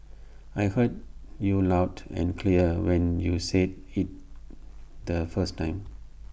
I heard you loud and clear when you said IT the first time